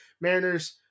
Mariners